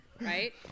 right